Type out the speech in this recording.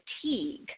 fatigue